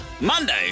Monday